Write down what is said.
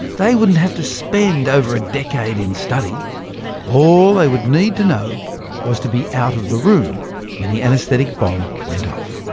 they wouldn't have to spend over a decade in study all they would need to know was to be out of the room when the anaesthetic bomb went off